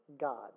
God